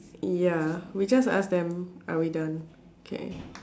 ya we just ask them are we done K